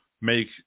make